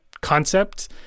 concept